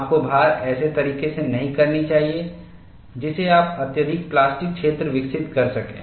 आपको भार ऐसे तरीके से नहीं करनी चाहिए जिससे आप अत्यधिक प्लास्टिक क्षेत्र विकसित कर सकें